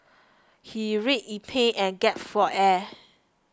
he writhed in pain and gasped for air